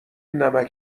نمکـ